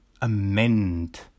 amend